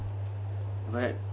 right